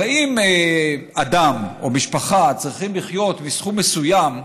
הרי אם אדם או משפחה צריכים לחיות מסכום מסוים,